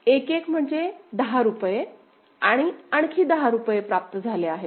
1 1 म्हणजे 10 रुपये आणि आणखी 10 रुपये प्राप्त झाले आहेत